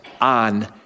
on